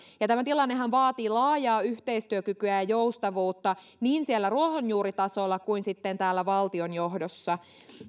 tämä tilannehan vaatii laajaa yhteistyökykyä ja ja joustavuutta niin siellä ruohonjuuritasolla kuin sitten täällä valtionjohdossa